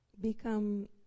become